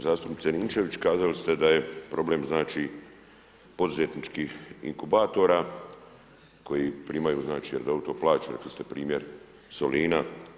Zastupnice Ninčević, kazali ste da je problem znači poduzetničkih inkubatora koji primaju, znači redovito plaću, rekli ste primjer Solina.